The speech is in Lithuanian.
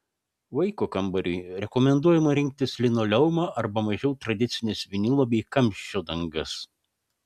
vaiko kambariui rekomenduojama rinktis linoleumą arba mažiau tradicines vinilo bei kamščio dangas